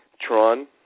Tron